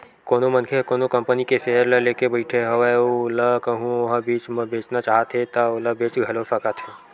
कोनो मनखे ह कोनो कंपनी के सेयर ल लेके बइठे हवय अउ ओला कहूँ ओहा बीच म बेचना चाहत हे ता ओला बेच घलो सकत हे